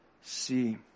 See